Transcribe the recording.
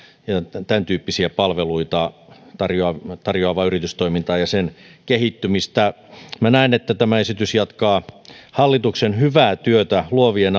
ja tämän tyyppisiä palveluita tarjoavaa yritystoimintaa ja sen kehittymistä minä näen että tämä esitys jatkaa hallituksen hyvää työtä luovien